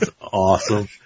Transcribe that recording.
awesome